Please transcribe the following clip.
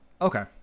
okay